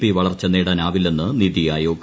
P വളർച്ച നേടാനാവില്ലെന്ന് നിതി ആയോഗ്